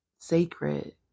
sacred